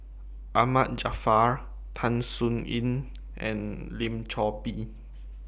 Ahmad Jaafar Tan Sin Aun and Lim Chor Pee